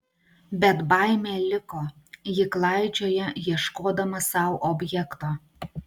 bet baimė liko ji klaidžioja ieškodama sau objekto